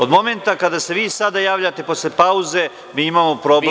Od momenta kada se vi sada javljate posle pauze, mi imamo problem.